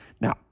Now